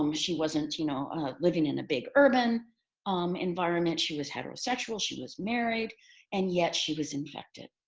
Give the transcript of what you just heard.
um she wasn't you know living in a big urban um environment. she was heterosexual. she was married and yet she was infected.